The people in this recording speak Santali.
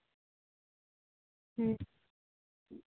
ᱦᱩᱸ